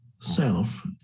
self